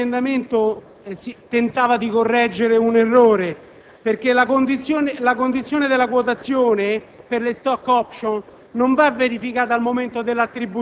Dichiaro aperta la votazione.